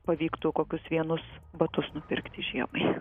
pavyktų kokius vienus batus nupirkti žiemai